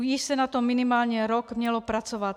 Již se na tom minimálně rok mělo pracovat.